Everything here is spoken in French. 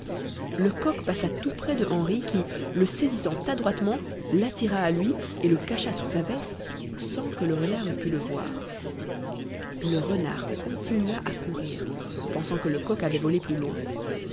le coq passa tout près de henri qui le saisissant adroitement l'attira à lui et le cacha sous sa veste sans que le renard eût pu le voir le renard continua à courir pensant que le coq avait volé plus loin